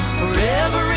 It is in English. forever